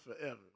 Forever